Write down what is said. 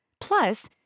Plus